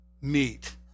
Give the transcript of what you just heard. meet